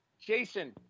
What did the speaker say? Jason